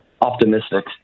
optimistic